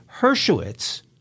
Hershowitz